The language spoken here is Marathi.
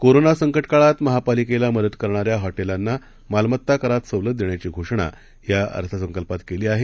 कोरोना संकट काळात महापालिकेला मदत करणाऱ्या हॉटेलांना मालमत्ता करात सवलत देण्याची घोषणा या अर्थसंकल्पात केली आहे